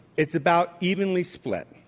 it's about evenly split.